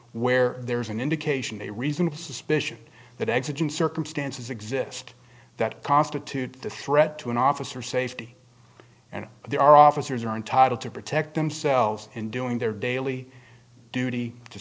where there's an indication a reasonable suspicion that exits in circumstances exist that constitute the threat to an officer safety and they are officers are entitled to protect themselves in doing their daily duty to